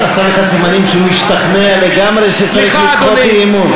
את הזמנים שהוא השתכנע לגמרי שצריך לדחות את האי-אמון.